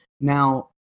Now